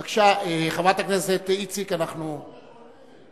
בבקשה, חברת הכנסת איציק, אנחנו ביקשנו,